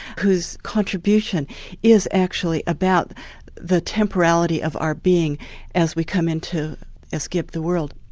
whose contribution is actually about the temporality of our being as we come in to escape the world.